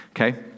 Okay